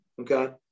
okay